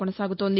కానసాగుతోంది